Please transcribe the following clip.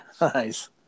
nice